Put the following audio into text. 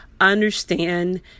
understand